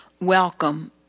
welcome